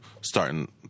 starting